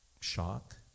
Shock